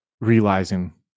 realizing